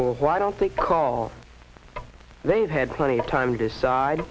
for why don't think call they've had plenty of time to decide